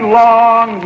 long